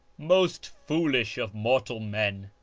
most foolish of mortal men!